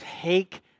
take